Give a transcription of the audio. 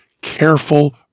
careful